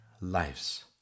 lives